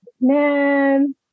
Man